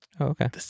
Okay